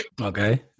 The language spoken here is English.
Okay